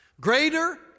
Greater